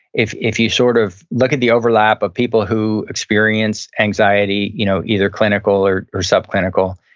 if if you sort of look at the overlap of people who experience anxiety, you know either clinical or or sub-clinical,